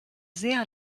sehr